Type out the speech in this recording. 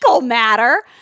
matter